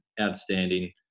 outstanding